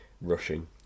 rushing